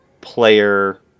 player